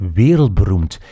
wereldberoemd